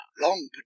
long